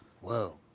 Whoa